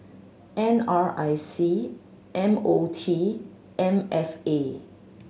N R I C M O T M F A